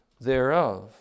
thereof